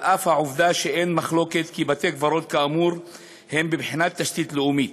על-אף העובדה שאין מחלוקת כי בתי-קברות כאמור הם בבחינת תשתית לאומית.